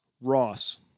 Ross